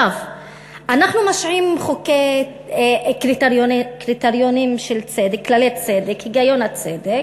אנחנו משעים קריטריונים של כללי הצדק, הגיון הצדק,